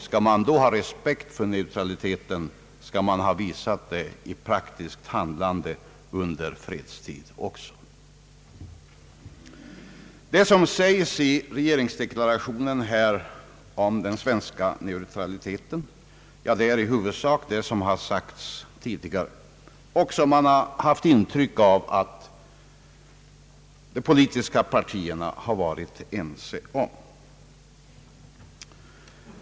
Skall vi då kunna få vår neutralitet respekterad måste vi ha visat vår neutralitet i praktiskt handlande även under fredstid. Det som sägs om den svenska neutraliteten i regeringsdeklarationen är i huvudsak detsamma som sagts tidigare och som man haft intryck av att de politiska partierna varit ense om.